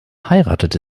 heiratete